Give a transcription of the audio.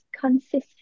consistent